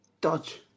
Dodge